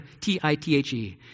T-I-T-H-E